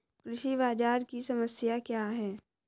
कृषि बाजार की समस्या क्या है?